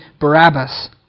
Barabbas